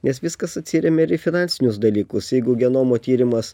nes viskas atsiremia ir į finansinius dalykus jeigu genomo tyrimas